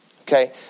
Okay